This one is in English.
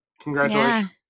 Congratulations